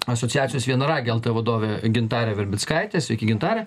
asociacijos vienragiai lt vadovė gintarė verbickaitė sveiki gintare